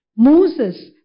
Moses